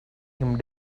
him